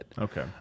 Okay